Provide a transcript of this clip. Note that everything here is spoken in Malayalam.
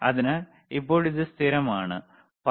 അതിനാൽ ഇപ്പോൾ ഇത് സ്ഥിരമാണ് 15